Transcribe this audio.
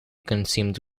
consumed